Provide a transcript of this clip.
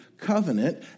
covenant